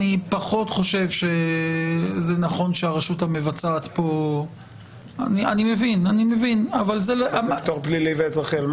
ואני פחות חושב שנכון שהרשות המבצעת --- על מה פטור פלילי ואזרחי?